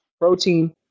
protein